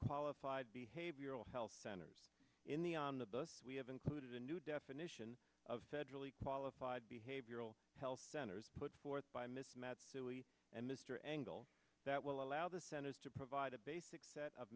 qualified behavioral health centers in the on the bus we have included a new definition of federally qualified behavioral health centers put forth by mismatch julie and mr angle that will allow the centers to provide a basic set of